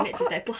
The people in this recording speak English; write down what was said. of course